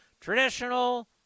traditional